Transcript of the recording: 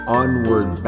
onward